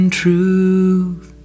truth